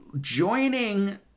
Joining